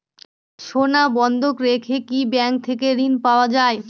সোনা বন্ধক রেখে কি ব্যাংক থেকে ঋণ পাওয়া য়ায়?